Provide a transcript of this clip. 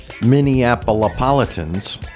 Minneapolis